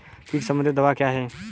कीट संबंधित दवाएँ क्या हैं?